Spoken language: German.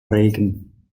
regen